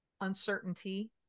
uncertainty